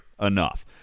enough